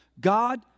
God